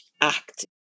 act